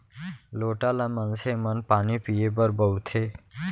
लोटा ल मनसे मन पानी पीए बर बउरथे